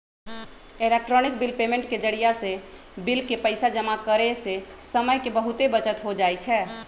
electronic bill payment के जरियासे bill के पइसा जमा करेयसे समय के बहूते बचत हो जाई छै